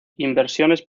inversiones